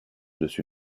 dessus